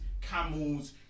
camels